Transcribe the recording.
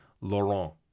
Laurent